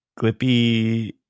Glippy